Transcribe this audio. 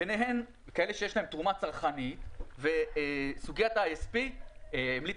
ביניהן כאלה שיש להן תרומה צרכנית ובסוגיית ה-ISP המליץ